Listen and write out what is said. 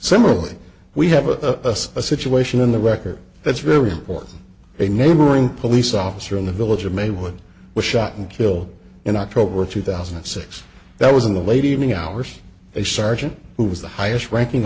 similarly we have a situation on the record that's very important for a neighboring police officer in the village of maywood was shot and killed in october two thousand and six that was in the late evening hours a sergeant who was the highest ranking